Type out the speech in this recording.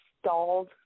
stalled